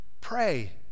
pray